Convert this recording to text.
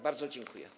Bardzo dziękuję.